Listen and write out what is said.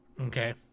Okay